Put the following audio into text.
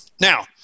Now